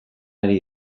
ari